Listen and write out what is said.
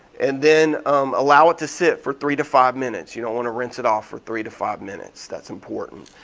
and then um allow it to sit for three to five minutes, you don't wanna rinse it off for three to five minutes, that's important.